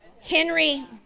Henry